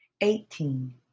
eighteen